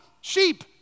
sheep